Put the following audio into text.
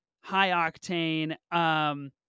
high-octane